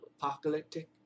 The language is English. apocalyptic